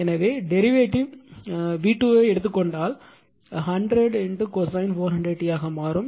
எனவே derivative v2 எடுத்துக் கொண்டால் 100 cosine 400 t ஆக மாறும்